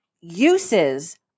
uses